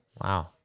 Wow